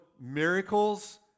miracles